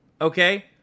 okay